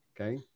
Okay